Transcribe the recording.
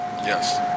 Yes